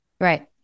Right